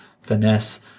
finesse